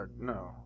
no